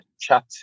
chat